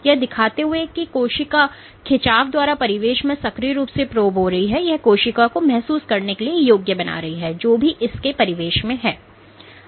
यह दिखाते हुए कि कोशिका खिंचाव द्वारा परिवेश में सक्रिय रूप से प्रोब हो रही है और यह कोशिका को महसूस करने के लिए योग्य बना रही है जो भी इस के परिवेश में है